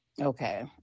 Okay